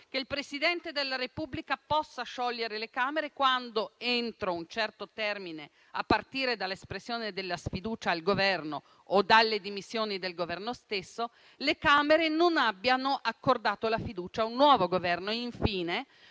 che il Presidente della Repubblica possa sciogliere le Camere quando, entro un certo termine, a partire dall'espressione della sfiducia al Governo o dalle dimissioni del Governo stesso, le Camere non abbiano accordato la fiducia a un nuovo Governo. Infine,